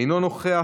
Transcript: אינו נוכח,